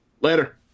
Later